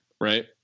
right